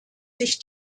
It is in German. sich